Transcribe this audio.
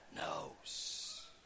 knows